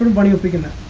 monday will weaken the